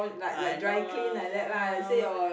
I know lah ya